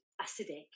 acidic